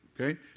Okay